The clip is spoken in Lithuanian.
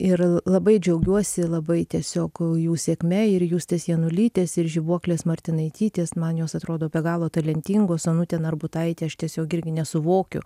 ir labai džiaugiuosi labai tiesiog jų sėkme ir justės janulytės ir žibuoklės martinaitytės man jos atrodo be galo talentingos onutė narbutaitė aš tiesiog irgi nesuvokiu